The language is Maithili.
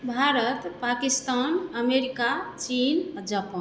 भारत पाकिस्तान अमेरिका चीन आ जापान